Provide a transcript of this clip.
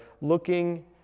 looking